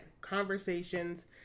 conversations